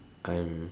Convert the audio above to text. I'm